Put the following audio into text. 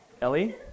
Ellie